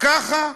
ככה.